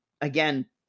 again